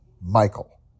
Michael